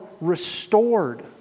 restored